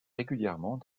régulièrement